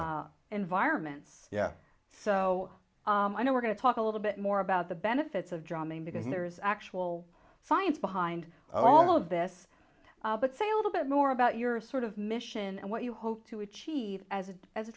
environments yeah so i know we're going to talk a little bit more about the benefits of drumming because there is actual science behind all of this but say a little bit more about your sort of mission and what you hope to achieve as a as a